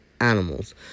animals